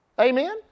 Amen